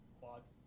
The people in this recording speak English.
Quads